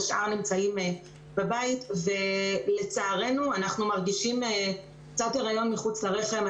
השאר נמצאים בבית ולצערנו אנחנו מרגישים קצת הריון מחוץ לרחם,